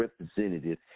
representative